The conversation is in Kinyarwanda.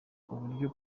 uburyo